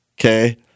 okay